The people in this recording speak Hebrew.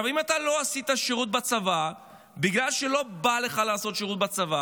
אם אתה לא עשית שירות בצבא בגלל שלא בא לך לעשות שירות בצבא,